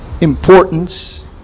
Importance